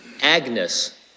Agnes